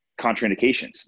contraindications